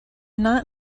not